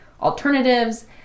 alternatives